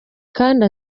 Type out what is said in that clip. kandi